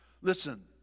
Listen